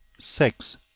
six.